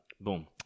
Boom